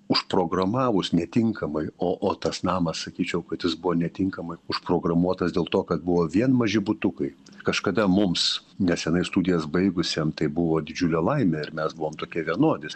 užprogramavus netinkamai o o tas namas sakyčiau kad jis buvo netinkamai užprogramuotas dėl to kad buvo vien maži butukai kažkada mums nesenai studijas baigusiem tai buvo didžiulė laimė ir mes buvom tokie vienodi